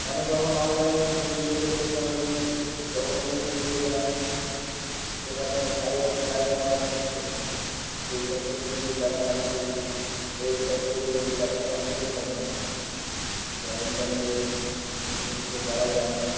মানুষ এখন অনলাইনের যুগে এসে টেকনোলজি যখন বুঝতে শিখেছে মানুষ সেখানে সাইবার ক্রাইমও অনেক হচ্ছে যেসব জিনিসগুলি যারা সেই ওয়েবসাইট তৈরি করেছে তাদের কন্টেন্টও থাকে না যারা ইন্টারনেটের দিচ্ছে তারাও জানে না